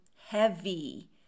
heavy